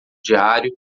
diário